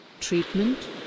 treatment